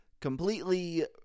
completely